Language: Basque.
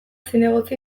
zinegotzi